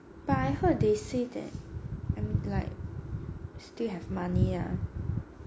but I heard they say that I mean like still have money lah